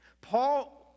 Paul